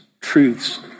truths